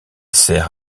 sert